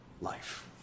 life